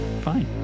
fine